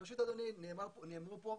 ראשית, נאמר פה,